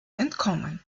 entkommen